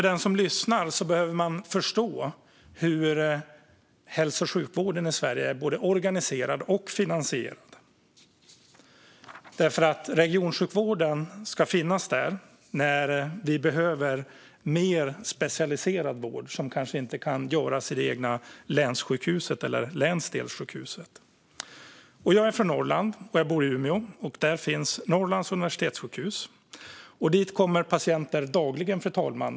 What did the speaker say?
Den som lyssnar behöver förstå hur sjukvården i Sverige är både organiserad och finansierad. Regionsjukvården ska finnas där när vi behöver mer specialiserad vård, som kanske inte kan ges på det egna länssjukhuset eller länsdelssjukhuset. Jag är från Norrland och bor i Umeå. Där finns Norrlands universitetssjukhus, dit patienter kommer dagligen.